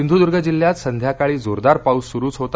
सिंधदर्ग जिल्ह्यात संध्याकाळी जोरदार पाऊस सुरूच होता